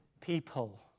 people